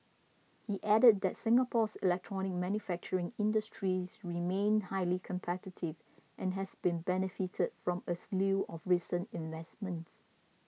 he added that Singapore's electronics manufacturing industries remained highly competitive and has benefited from a slew of recent investments